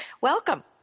Welcome